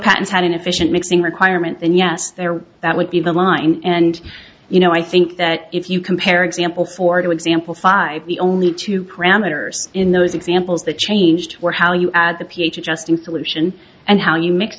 has had an efficient mixing requirement then yes there that would be the line and you know i think that if you compare example for two example five the only two parameters in those examples that changed were how you add the ph adjusting solution and how you m